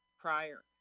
prior